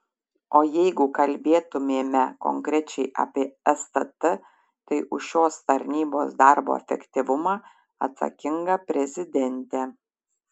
o jeigu kalbėtumėme konkrečiai apie stt tai už šios tarnybos darbo efektyvumą atsakinga prezidentė